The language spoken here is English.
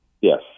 Yes